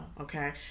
okay